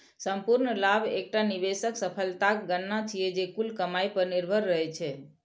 संपूर्ण लाभ एकटा निवेशक सफलताक गणना छियै, जे कुल कमाइ पर निर्भर रहै छै